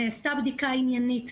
נעשתה בדיקה עניינית,